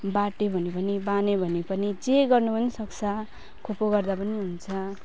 बाट्यो भने पनि बान्यो भने पनि जे गर्नु पनि सक्छ खोपा गर्दा पनि हुन्छ